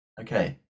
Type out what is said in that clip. okay